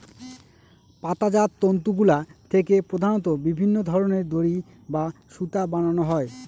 পাতাজাত তন্তুগুলা থেকে প্রধানত বিভিন্ন ধরনের দড়ি বা সুতা বানানো হয়